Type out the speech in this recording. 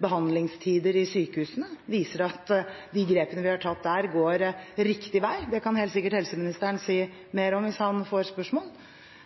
behandlingstider i sykehusene, viser at de grepene vi har tatt der, gjør at det går riktig vei. Det kan helt sikkert helseministeren si mer om, hvis han får spørsmål.